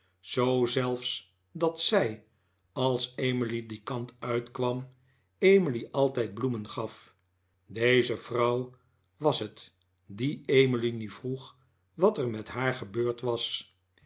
zoo zelfs dat zij als emily dien kant uitkwam emily altijd bloemen gaf deze vrouw was het die emily nu vroeg wat er met haar gebeurd was